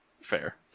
Fair